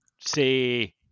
say